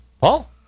Paul